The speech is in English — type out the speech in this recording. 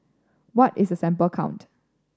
what is a sample count